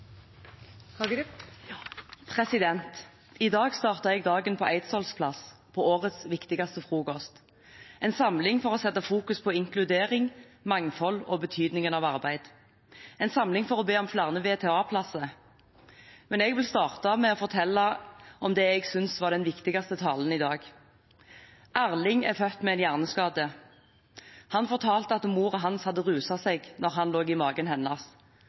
I dag startet jeg dagen på Eidsvolls plass, på årets viktigste frokost – en samling som fokuserte på inkludering, mangfold og betydningen av arbeid, en samling for å be om flere VTA-plasser – varig tilrettelagte arbeidsplasser. Men jeg vil starte med å fortelle om det jeg synes var den viktigste talen i dag. Erling er født med en hjerneskade. Han fortalte at moren hans hadde ruset seg da han lå i magen hennes,